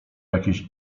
jakiś